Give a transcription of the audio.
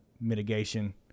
mitigation